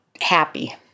happy